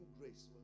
grace